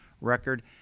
record